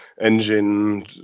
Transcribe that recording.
engine